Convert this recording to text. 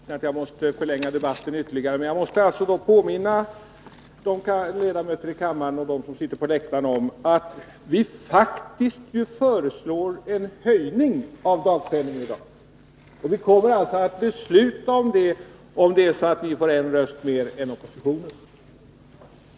Herr talman! Jag är ledsen att jag tvingas förlänga debatten ytterligare, men jag måste påminna ledamöterna i kammaren och dem som sitter på läktaren om att vi faktiskt föreslår en höjning av dagpenningen i dag. Vi kommer alltså att besluta den höjningen, om vi får en röst mer än oppositionen.